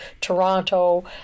Toronto